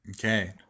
Okay